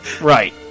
Right